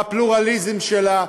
בפלורליזם שלה,